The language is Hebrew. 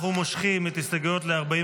אנחנו מושכים את ההסתייגויות ל-45,